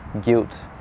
guilt